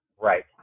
right